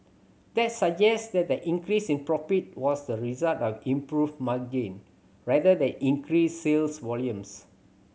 that suggests that the increase in profit was the result of improved margin rather than increased sales volumes